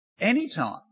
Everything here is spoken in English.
Anytime